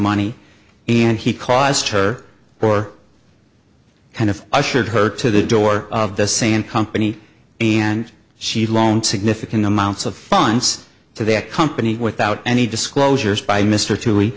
money and he caused her four kind of ushered her to the door of the same company and she loaned significant amounts of funds to that company without any disclosures by mr t